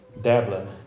dabbling